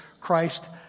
Christ